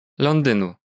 Londynu